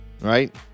Right